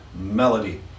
melody